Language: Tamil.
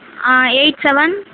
ah eight seven